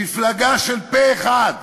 מפלגה של פה-אחד.